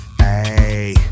Hey